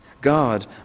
God